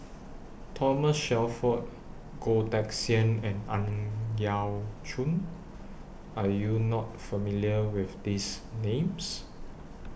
Thomas Shelford Goh Teck Sian and Ang Yau Choon Are YOU not familiar with These Names